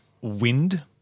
wind